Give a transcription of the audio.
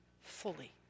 fully